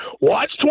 Watch